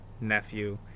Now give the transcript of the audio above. nephew